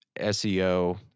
SEO